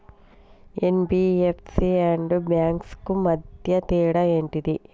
NBFC and banks కు మధ్య తేడా ఏంటిది?